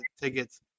tickets